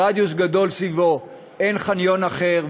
ברדיוס גדול סביבו אין חניון אחר,